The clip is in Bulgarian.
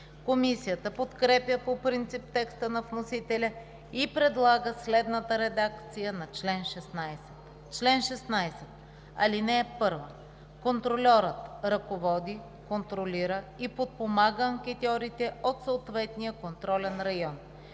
Комисията подкрепя по принцип текста на вносителя и предлага следната редакция на чл. 16: „Чл. 16. (1) Контрольорът ръководи, контролира и подпомага анкетьорите от съответния контролен район.